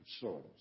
souls